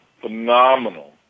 phenomenal